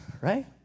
right